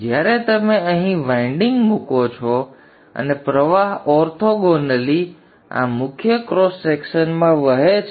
જ્યારે તમે અહીં વાઇન્ડિંગ મૂકો છો અને પ્રવાહ ઓર્થોગોનલી આ મુખ્ય ક્રોસ સેક્શનમાં વહે છે